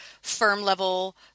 firm-level